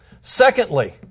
Secondly